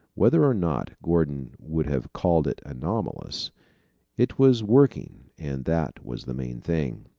whether or not, gordon would have called it anomalous it was working, and that was the main thing.